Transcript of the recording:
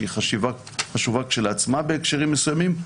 שהיא חשובה כשלעצמה בהקשרים מסוימים,